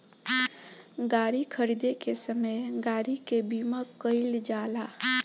गाड़ी खरीदे के समय गाड़ी के बीमा कईल जाला